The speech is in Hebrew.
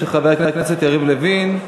של חבר הכנסת יריב לוין.